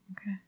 Okay